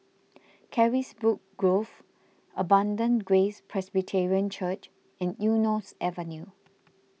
Carisbrooke Grove Abundant Grace Presbyterian Church and Eunos Avenue